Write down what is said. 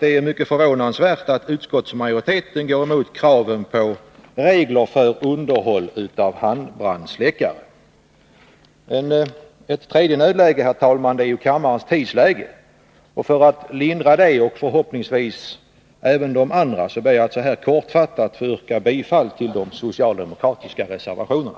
Det är förvånansvärt att utskottsmajoriteten går emot kraven på regler för underhåll av handbrandsläckare. Ett tredje nödläge är kammarens tidsläge. För att lindra det och förhoppningsvis även de andra nödlägena ber jag därför helt kort att få yrka bifall till de socialdemokratiska reservationerna.